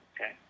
Okay